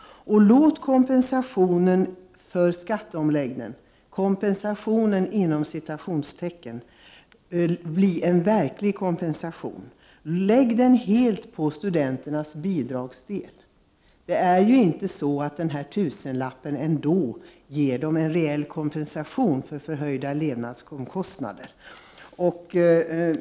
Och låt ”kompensationen” för skatteomläggningen bli en verklig kompensation! Lägg den helt på studenternas bidragsdel! Denna tusenlapp ger dem ändå inte rejäl kompensation för förhöjda levnadsomkostnader.